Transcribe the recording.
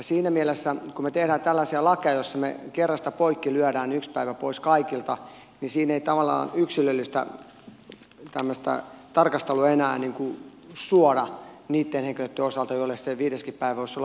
siinä mielessä kun me teemme tällaisia lakeja joissa me lyömme kerrasta poikki yhden päivän pois kaikilta siinä ei tavallaan yksilöllistä tarkastelua enää suoda niitten henkilöitten osalta joille se viideskin päivä voisi olla merkityksellisempi kuin muille